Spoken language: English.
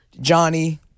Johnny